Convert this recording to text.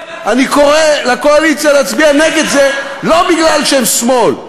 אני קורא לקואליציה להצביע נגד זה לא מפני שהם שמאל,